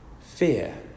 Fear